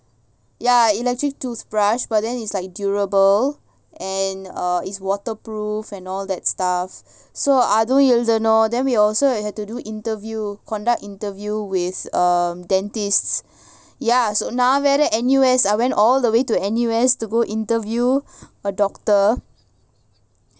ya electric toothbrush but then is like durable and err is waterproof and all that stuff so அதுஎழுதணும்:adha eluthanum then we also have to do interview conduct interview with a dentist ya so நான்வேற:nan vera N_U_S I went all the way to N_U_S to go interview a doctor